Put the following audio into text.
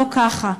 לא ככה.